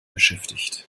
beschäftigt